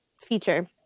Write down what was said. feature